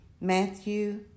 Matthew